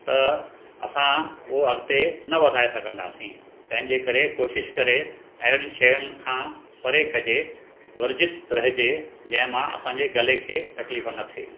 त असां उहो अॻिते न वधाए सघंदासीं तंहिंजे करे कोशिशि करे अहिड़ियुनि शयुनि खां परे कजे वर्जित रहिजे जंहिंमां असांजे गले खे तकलीफ़ु न थिए